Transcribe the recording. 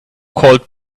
called